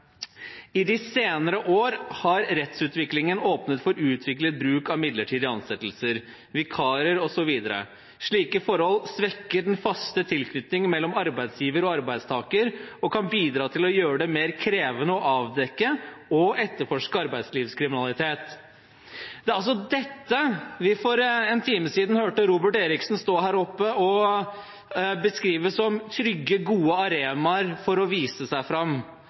«I de senere år har rettsutviklingen åpnet for utvidet bruk av midlertidige ansettelser, vikarer og så videre. Slike forhold svekker den faste tilknytningen mellom arbeidsgiver og arbeidstaker og kan bidra til å gjøre det mer krevende å avdekke og etterforske arbeidsmarkedskriminalitet.» Det er altså dette vi for en time siden hørte Robert Eriksson stå her oppe og beskrive som trygge, gode arenaer for å vise seg fram.